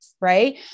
right